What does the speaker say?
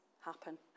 happen